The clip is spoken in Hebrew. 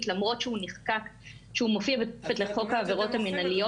למרות שהוא נחקק בחוק העבירות המנהליות,